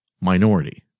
minority